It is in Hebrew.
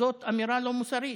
זאת אמירה לא מוסרית.